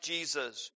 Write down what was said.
Jesus